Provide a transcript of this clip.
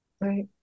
Right